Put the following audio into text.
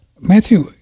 Matthew